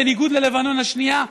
בניגוד ללבנון השנייה,